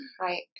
Right